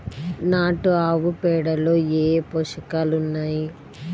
నాటు ఆవుపేడలో ఏ ఏ పోషకాలు ఉన్నాయి?